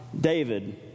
David